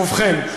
ובכן,